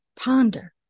Ponder